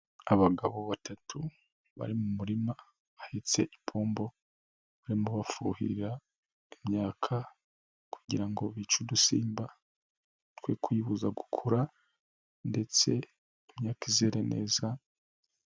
Abagabo batatu bari mu murima bahetse ipombo barimo bafuhira imyaka kugira ngo bice udusimba twe kuyibuza gukura ndetse imyaka izere neza.